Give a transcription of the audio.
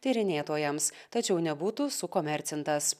tyrinėtojams tačiau nebūtų sukomercintas